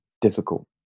difficult